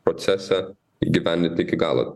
procesą įgyvendint iki galo